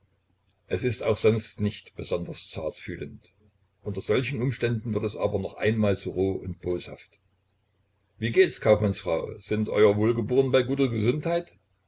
es ist auch sonst nicht besonders zartfühlend unter solchen umständen wird es aber noch einmal so roh und boshaft wie geht's kaufmannsfrau sind euer wohlgeboren bei guter gesundheit